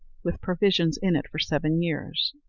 with provisions in it for seven years.